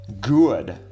good